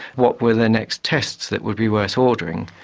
what were the next tests that would be worth ordering.